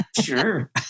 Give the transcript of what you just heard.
sure